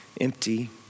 empty